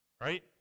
right